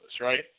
right